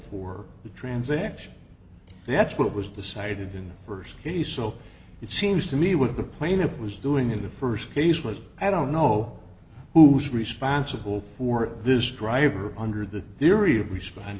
for the transaction and that's what was decided in the first he so it seems to me with the plaintiff was doing in the first case was i don't know who's responsible for this driver under the theory respond